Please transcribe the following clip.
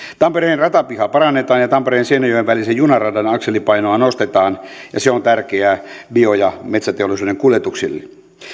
tampereen ratapihaa parannetaan ja tampereen ja seinäjoen välisen junaradan akselipainoa nostetaan ja se on tärkeää bio ja metsäteollisuuden kuljetuksille